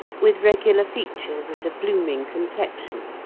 with regular features and a blooming complexion.